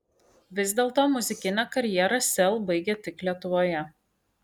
vis dėlto muzikinę karjerą sel baigia tik lietuvoje